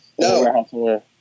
No